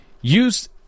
use